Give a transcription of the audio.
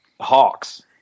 Hawks